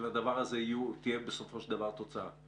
שלדבר הזה תהיה בסופו של דבר תוצאה.